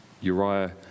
Uriah